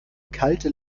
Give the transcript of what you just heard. kalte